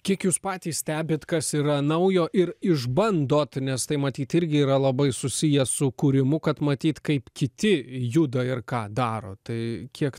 kiek jūs patys stebit kas yra naujo ir išbandot nes tai matyt irgi yra labai susiję su kūrimu kad matyt kaip kiti juda ir ką daro tai kiek